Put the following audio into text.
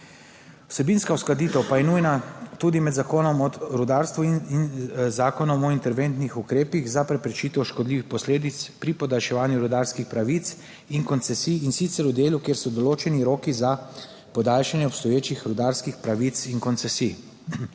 Vsebinska uskladitev pa je nujna tudi med Zakonom o rudarstvu in Zakonom o interventnih ukrepih za preprečitev škodljivih posledic pri podaljševanju rudarskih pravic in koncesij in sicer v delu, kjer so določeni roki za podaljšanje obstoječih rudarskih pravic in koncesij.